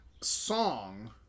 song